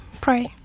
Pray